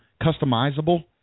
customizable